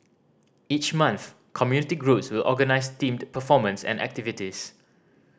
each month community groups will organise themed performances and activities